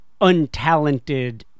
untalented